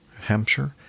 Hampshire